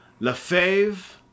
LaFave